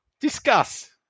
Discuss